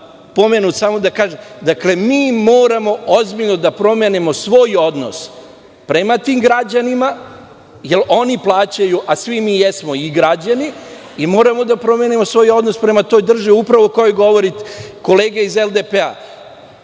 pomenut, samo da kažem. Dakle, mi moramo ozbiljno da promenimo svoj odnos prema tim građanima jer oni plaćaju, a svi mi jesmo i građani i moramo da promenimo svoj odnos prema toj državi, upravo o kojoj govori kolega iz LDP.